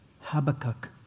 Habakkuk